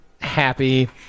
happy